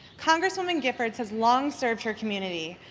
congresswoman giffords has long served her community,